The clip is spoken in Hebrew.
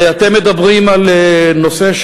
אתם מדברים על פגיעה